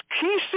key